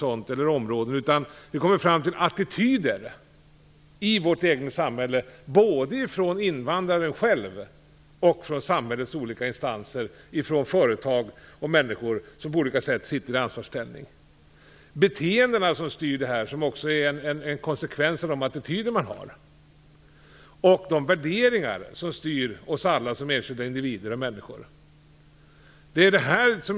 Vi har kommit fram till att det handlar om attityder i vårt eget samhälle, såväl hos invandrarna själva som hos samhällets olika instanser och hos företag och människor som på olika sätt sitter i ansvarsställning. Det handlar om de beteenden som styr detta - som också är en konsekvens av de attityder som finns - och om de värderingar som styr oss alla som enskilda individer och människor.